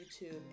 YouTube